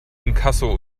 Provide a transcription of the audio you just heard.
inkasso